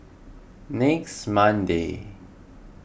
next Monday